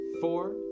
four